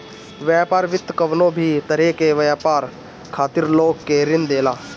व्यापार वित्त कवनो भी तरही के व्यापार खातिर लोग के ऋण देला